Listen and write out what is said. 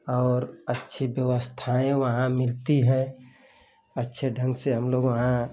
और अच्छी व्यवस्थाएँ वहाँ मिलती है अच्छे ढंग से हम लोग वहाँ